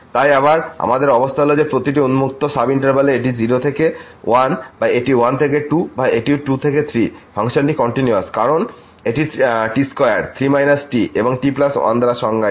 তাই আবার আমাদের অবস্থা হল যে প্রতিটি উন্মুক্ত সাব ইন্টারভ্যালে এটি 0 থেকে 1 বা এটি 1 থেকে 2 বা এটি 2 থেকে 3 ফাংশনটি কন্টিনিউয়াস কারণ এটি t2 3 t এবং t1 দ্বারা সংজ্ঞায়িত